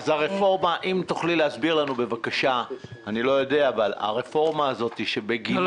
האם תוכלי להסביר לנו האם הרפורמה הזו שבגינה